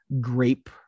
grape